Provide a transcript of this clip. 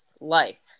life